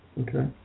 okay